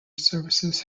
services